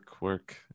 work